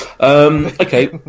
Okay